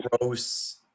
gross